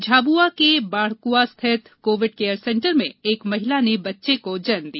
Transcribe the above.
झाब्आ के बाढ़कंआ स्थित कोविड केयर सेण्टर में एक महिला ने बच्चे को जन्म दिया